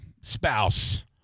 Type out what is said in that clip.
spouse